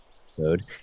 episode